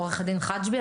עו"ד חג'בי,